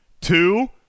Two